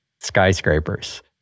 skyscrapers